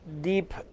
deep